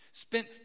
Spent